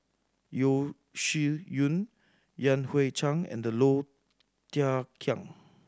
Yeo Shih Yun Yan Hui Chang and Low Thia Khiang